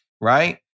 right